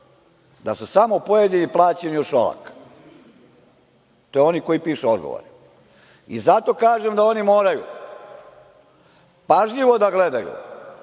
da su samo pojedini plaćeni od Šolaka, oni koji pišu odgovore. Zato kažem da oni moraju pažljivo da gledaju